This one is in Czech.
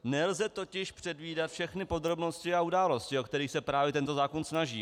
Nelze totiž předvídat všechny podrobnosti a události, o které se právě tento zákon snaží.